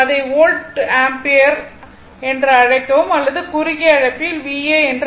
எனவே அதை volt ampere என்று அழைக்கவும் அல்லது குறுகிய அழைப்பில் VA என்று அழைக்கவும்